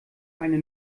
eine